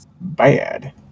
bad